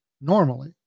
normally